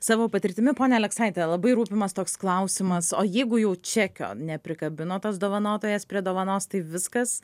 savo patirtimi pone aleksaite labai rūpimas toks klausimas o jeigu jau čekio neprikabino tas dovanotojas prie dovanos tai viskas